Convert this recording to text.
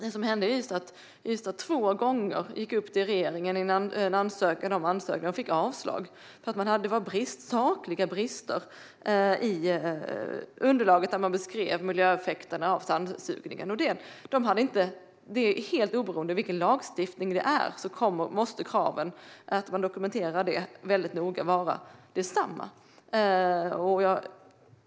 Det som har hänt är att Ystad två gånger har gått upp till regeringen med en ansökan och fått avslag därför att det var sakliga brister i underlaget där man beskrev miljöeffekterna av sandsugningen. Helt oberoende av vilken lagstiftning det handlar om måste kraven på att det hela dokumenteras noga vara desamma.